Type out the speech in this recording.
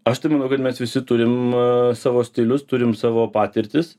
aš tai manau kad mes visi turim savo stilius turim savo patirtis